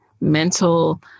mental